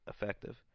effective